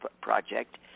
project